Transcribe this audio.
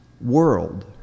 world